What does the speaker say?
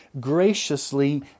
graciously